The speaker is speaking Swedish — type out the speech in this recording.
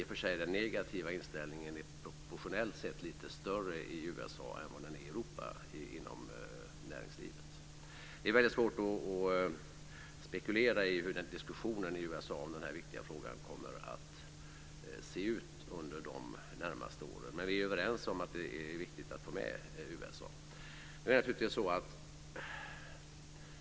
I och för sig är den negativa inställningen inom näringslivet proportionellt sett lite större i USA än vad den är i Europa. Det är väldigt svårt att spekulera i hur diskussionen i USA i den här viktiga frågan kommer att se ut under de närmaste åren. Men vi är överens om att det är viktigt att få med USA.